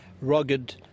rugged